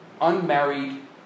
unmarried